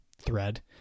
Thread